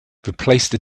replace